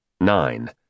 Nine